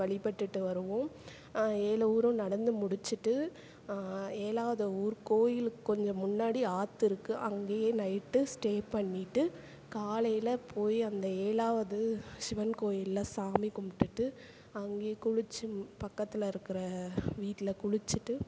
வழிபட்டுட்டு வருவோம் ஏழு ஊரும் நடந்து முடிச்சுட்டு ஏழாவது ஊர் கோவிலுக்கு கொஞ்சம் முன்னாடி ஆத்து இருக்குது அங்கேயே நைட்டு ஸ்டே பண்ணிட்டு காலையில் போய் அந்த ஏழாவது சிவன் கோவில்ல சாமி கும்பிட்டுட்டு அங்கேயே குளித்து பக்கத்தில் இருக்கிற வீட்டில் குளிச்சுட்டு